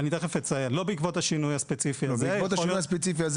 לא בעקבות השינוי הספציפי הזה.